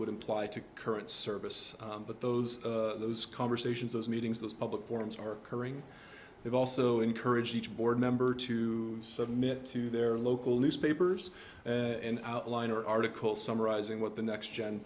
would imply to current service but those those conversations those meetings those public forums are occurring they've also encouraged each board member to submit to their local newspapers and outline or article summarizing what the next gen